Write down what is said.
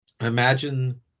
imagine